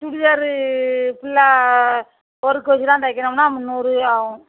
சுடிதாரு ஃபுல்லாக ஒர்க்கு வச்சுலாம் தைக்கணும்னா முந்நூறு ஆகும்